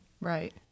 Right